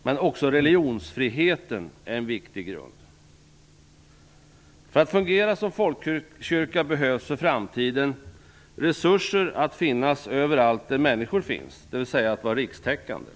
Men också religionsfriheten är en viktig grund. För att fungera som folkkyrka behöver Svenska kyrkan för framtiden resurser att finnas överallt där människor finns, dvs. att vara rikstäckande.